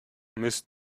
mist